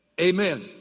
Amen